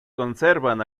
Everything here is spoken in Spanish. conservan